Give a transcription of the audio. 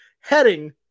heading